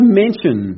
mention